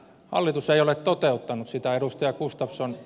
hallitus ei ole toteuttanut sitä edustaja gustafsson